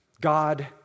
God